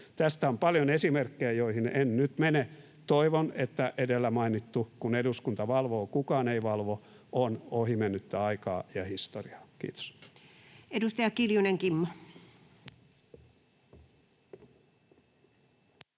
Tästä on paljon esimerkkejä, joihin en nyt mene. Toivon, että edellä mainittu — kun eduskunta valvoo, kukaan ei valvo — on ohi mennyttä aikaa ja historiaa. — Kiitos. Edustaja Kiljunen Kimmo. Arvoisa